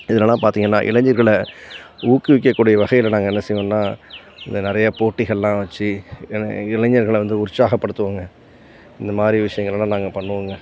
இதிலலாம் பார்த்தீங்கன்னா இளைஞர்களை ஊக்குவிக்கக் கூடிய வகையில் நாங்கள் என்ன செய்வோன்னால் நிறைய போட்டிகள்லாம் வச்சு இள இளைஞர்களை வந்து உற்சாகப்படுத்துவோங்க இந்த மாதிரி விஷயங்கள்லாம் நாங்கள் பண்ணுவோங்க